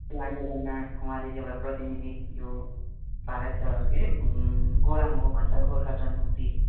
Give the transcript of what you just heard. त्यो आन्दोलनमा उहाँले चाहिँ एउटा प्रतिनिधि यो भारत के अरे गोरामुमो भन्छ गोर्खा जनमुक्ति